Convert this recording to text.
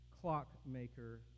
clockmaker